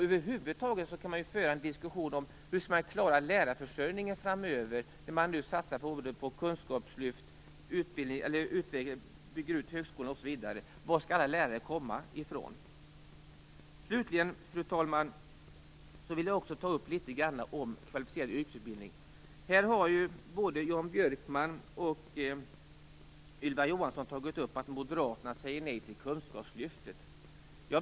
Över huvud taget kan vi föra en diskussion om hur man skall klara lärarförsörjningen framöver, när man nu satsar på kunskapslyft, på att bygga ut högskolan osv. Varifrån skall alla lärare komma? Slutligen vill jag, fru talman, säga något om kvalificerad yrkesutbildning. Här har både Jan Björkman och Ylva Johansson tagit upp att Moderaterna säger nej till kunskapslyftet.